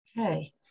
Okay